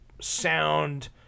sound